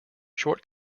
short